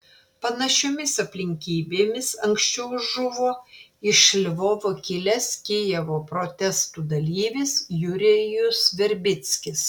panašiomis aplinkybėmis anksčiau žuvo iš lvovo kilęs kijevo protestų dalyvis jurijus verbickis